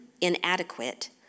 inadequate